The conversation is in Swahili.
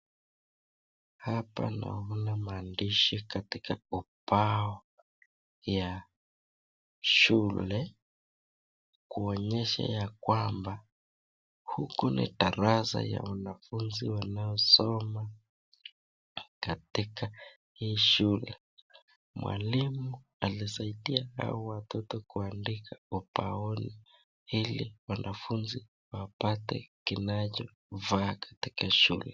Hapa naona maadishi katika ubao ya shule kuonyesha ya kwamba huku ni darasa ya wanafunzi wanaosoma katika hii shule. Mwalimu alisaidia hawa watoto kuandika ubaoni ili wanafunzi wapate kinachofaa katika shule.